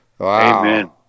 Amen